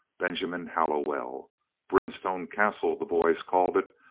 benjamin hallowell brimstone castle, the boys called it,